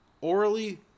orally